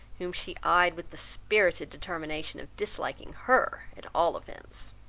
whom she eyed with the spirited determination of disliking her at all events.